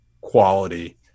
quality